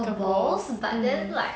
curve balls mm